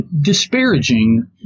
disparaging